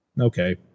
okay